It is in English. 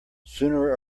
sooner